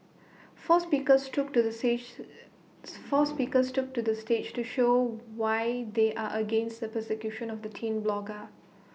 four speakers took to the sage four speakers took to the stage to show why they are against the persecution of the teen blogger